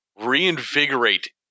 reinvigorate